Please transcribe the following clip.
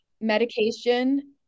medication